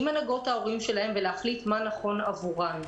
עם הנהגות ההורים שלהם ולהחליט מה נכון עבורם.